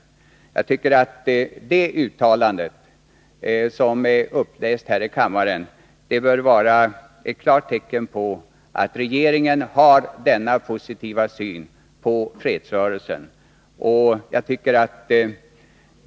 Jag tycker att det uttalande som lästes upp här i kammaren ger klart uttryck för att regeringen har en positiv syn på fredsrörelsen.